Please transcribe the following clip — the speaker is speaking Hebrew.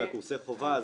מקורסי החובה,